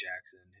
Jackson